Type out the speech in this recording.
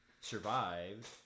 survived